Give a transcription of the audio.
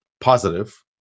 positive